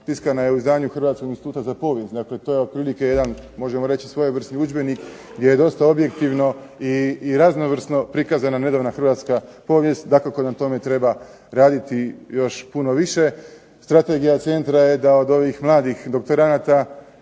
tiskana je u izdanju Hrvatskog instituta za povijest. Dakle to je otprilike možemo reći svojevrsni udžbenik gdje je dosta objektivno i raznovrsno prikazana nedavna hrvatska povijest. Dakako na tome treba raditi još puno više. Strategija centra je da od ovih mladih doktoranata